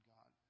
God